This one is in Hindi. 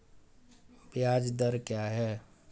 ब्याज दर क्या है?